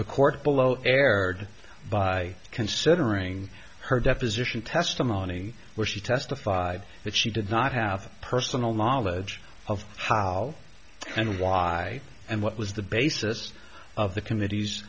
the court below erred by considering her deposition testimony where she testified that she did not have personal knowledge of how and why and what was the basis of the committee